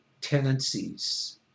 tendencies